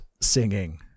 singing